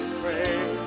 pray